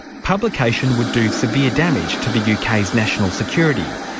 publication would do severe damage to the uk's national security.